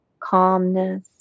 calmness